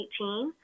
2018